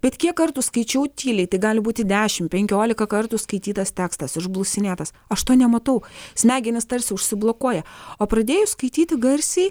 bet kiek kartų skaičiau tyliai tai gali būti dešim penkiolika kartų skaitytas tekstas išblusinėtas aš to nematau smegenys tarsi užsiblokuoja o pradėjus skaityti garsiai